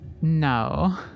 No